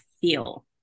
feel